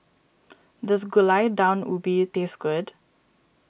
does Gulai Daun Ubi taste good